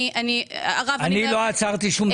אני לא עצרתי שום דבר.